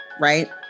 right